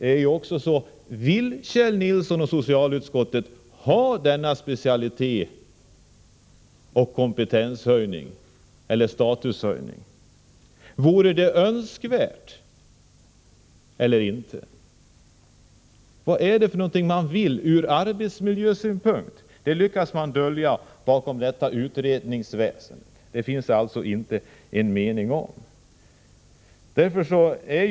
Vill Kjell Nilsson och socialutskottet ha denna specialitet och Nr 101 statushöjning? Är det önskvärt eller inte? Vad vill man från arbetsmiljösyn Onsdagen den punkt? Det lyckas man dölja bakom utredandet. Här finns det alltså inte — 20 mars 1985 någon mening.